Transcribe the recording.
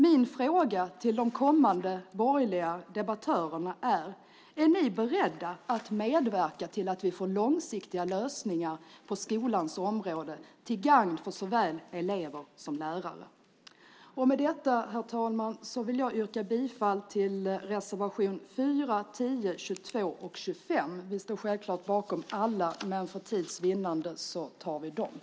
Min fråga till de kommande borgerliga debattörerna är: Är ni beredda att medverka till att vi får långsiktiga lösningar på skolans område till gagn för såväl elever som lärare? Med detta, herr talman, vill jag yrka bifall till reservationerna till 4, 10, 22 och 25. Vi står självklart bakom alla, men för tids vinnande väljer jag bara dessa.